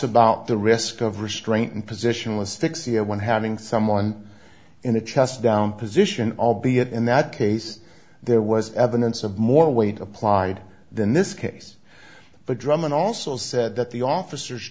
about the risk of restraint and positional asphyxia when having someone in a chest down position albeit in that case there was evidence of more weight applied than this case but drummond also said that the officers